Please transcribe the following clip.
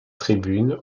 tribune